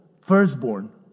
Firstborn